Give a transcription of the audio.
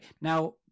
Now